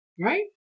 right